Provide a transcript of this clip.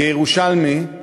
כירושלמי,